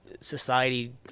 society